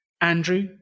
Andrew